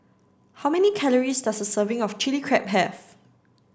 how many calories does a serving of chilli Crab have